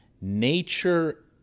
nature